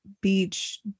beach